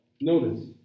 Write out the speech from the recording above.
Notice